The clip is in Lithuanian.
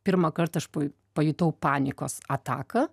pirmą kart aš pajutau panikos ataką